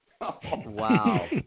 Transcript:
Wow